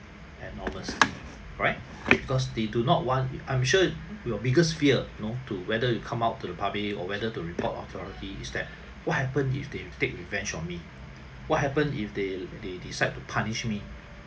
anonymous right because they do not want if~ I'm sure your biggest fear you know whether you come out to the public or whether to report authority is that what happened if they take revenge on me what happen if they they decide to punish me